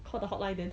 call the hotline then